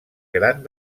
gran